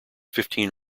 fifteen